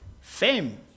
Fame